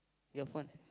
your phone